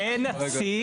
בדיון אין נציג,